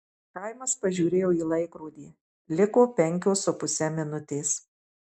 chaimas pažiūrėjo į laikrodį liko penkios su puse minutės